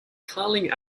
carling